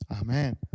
Amen